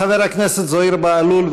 חבר הכנסת זוהיר בהלול,